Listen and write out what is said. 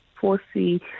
foresee